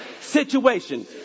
situation